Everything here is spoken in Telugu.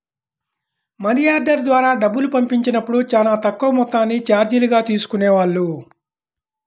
మనియార్డర్ ద్వారా డబ్బులు పంపించినప్పుడు చానా తక్కువ మొత్తాన్ని చార్జీలుగా తీసుకునేవాళ్ళు